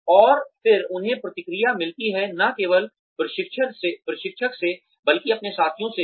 और फिर उन्हें प्रतिक्रिया मिलती है न केवल प्रशिक्षक ट्रेनर से बल्कि अपने साथियों से भी